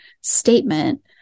statement